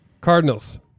Cardinals